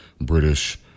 British